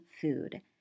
food